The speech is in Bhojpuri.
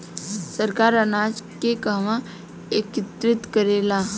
सरकार अनाज के कहवा एकत्रित करेला?